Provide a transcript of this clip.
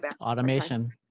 Automation